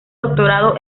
doctorado